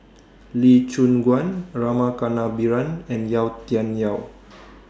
Lee Choon Guan Rama Kannabiran and Yau Tian Yau